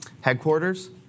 headquarters